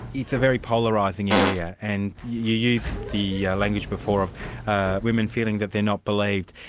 it's a very polarising area, and you used the language before of women feeling that they're not believed,